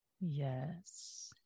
yes